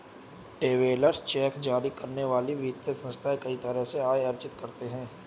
travellers cheque जारी करने वाले वित्तीय संस्थान कई तरह से आय अर्जित करते हैं